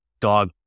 dog